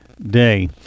Day